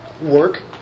work